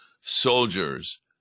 soldiers